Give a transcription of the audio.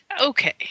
Okay